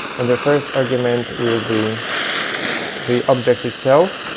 and the first argument will be the object itself,